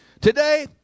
Today